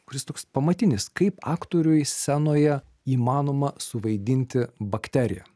kuris toks pamatinis kaip aktoriui scenoje įmanoma suvaidinti bakteriją